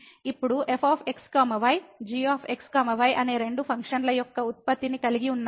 ఇప్పుడు f x y g x y అనే రెండు ఫంక్షన్ల యొక్క ఉత్పత్తిని కలిగి ఉన్నాము